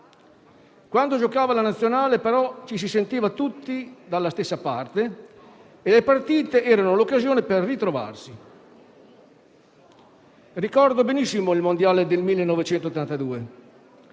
Quando giocava la nazionale, però, ci si sentiva tutti dalla stessa parte e le partite erano l'occasione per ritrovarsi. Ricordo benissimo il Mondiale del 1982: